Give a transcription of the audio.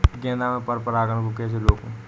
गेंदा में पर परागन को कैसे रोकुं?